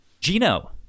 gino